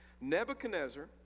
Nebuchadnezzar